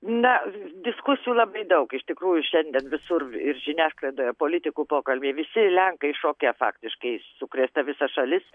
na diskusijų labai daug iš tikrųjų šiandien visur ir žiniasklaidoje politikų pokalbiai visi lenkai šoke faktiškai sukrėsta visa šalis